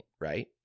right